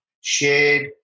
shared